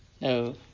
No